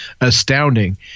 astounding